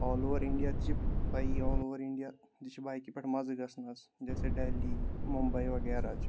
آل over India تہِ چھِ پَیی آل اوٚوَر اِنڈیا تہِ چھِ باقٕے پٮ۪ٹھ مَزٕ گژھان حظ جیسے ڈہلی مُمبے وغیرہ چھِ